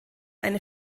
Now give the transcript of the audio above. eine